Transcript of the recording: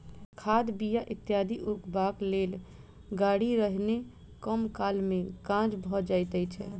खाद, बीया इत्यादि उघबाक लेल गाड़ी रहने कम काल मे काज भ जाइत छै